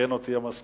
תיקן אותי המזכיר.